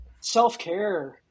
self-care